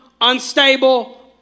unstable